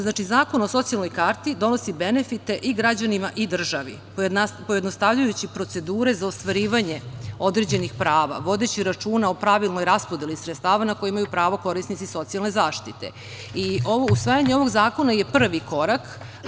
Zakon o socijalnoj karti donosi benefite i građanima i državi, pojednostavljujući procedure za ostvarivanje određenih prava, vodeći računa o pravilnoj raspodeli sredstava na koje imaju pravo korisnici socijalne zaštite i usvajanje ovog zakona je prvi korak.